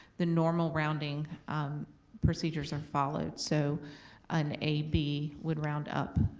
the normal rounding procedures are followed. so an ab would round up,